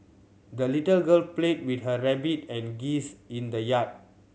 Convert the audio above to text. the little girl played with her rabbit and geese in the yard